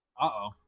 Uh-oh